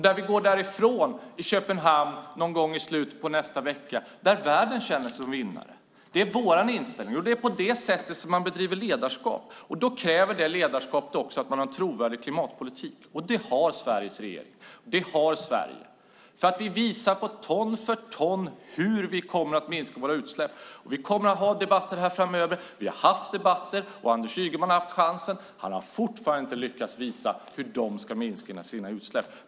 När vi åker från Köpenhamn någon gång i slutet på nästa vecka ska världen känna sig som vinnare. Det är vår inställning. Det är på det sättet man bedriver ledarskap. Det ledarskapet kräver att man har en trovärdig klimatpolitik. Det har Sveriges regering. Det har Sverige. Vi visar ton för ton hur vi kommer att minska våra utsläpp. Vi kommer att ha debatter här framöver. Vi har haft debatter. Anders Ygeman har haft chansen. Han har fortfarande inte lyckats visa hur de ska minska sina utsläpp.